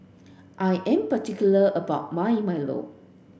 I am particular about my Milo